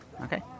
Okay